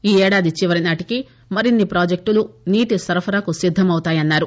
ఈ ఏడాది చివరినాటికి మరిన్ని పాజెక్టులు నీటి సరఫరాకు సిద్దమవుతాయన్నారు